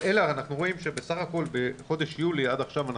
אבל אנחנו רואים שבחודש יולי עד עכשיו,